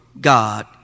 God